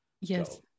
Yes